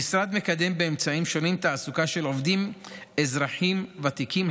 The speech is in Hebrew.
המשרד מקדם באמצעים שונים תעסוקה של עובדים אזרחים ותיקים,